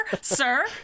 Sir